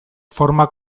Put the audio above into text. forma